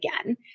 again